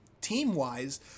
team-wise